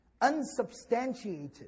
unsubstantiated